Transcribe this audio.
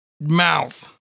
mouth